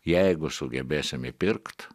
jeigu sugebėsim įpirkt